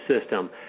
system